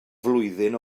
flwyddyn